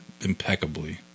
impeccably